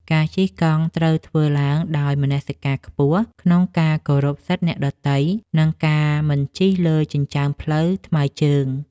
ការជិះកង់ត្រូវធ្វើឡើងដោយមនសិការខ្ពស់ក្នុងការគោរពសិទ្ធិអ្នកដទៃ និងការមិនជិះលើចិញ្ចើមផ្លូវថ្មើរជើង។